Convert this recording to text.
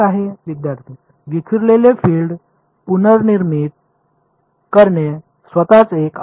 विद्यार्थीः विखुरलेले फील्ड पुनर्नामित करणे स्वतःच एक आउटगोइंग आहे